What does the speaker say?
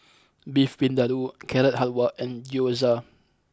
Beef Vindaloo Carrot Halwa and Gyoza